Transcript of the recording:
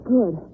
Good